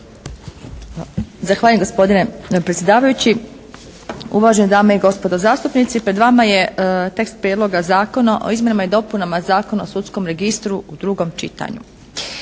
Zahvaljujem gospodine predsjedavajući. Uvažene dame i gospodo zastupnici, pred vama je tekst Prijedloga Zakona o izmjenama i dopunama Zakona o sudskom registru u drugom čitanju.